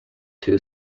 two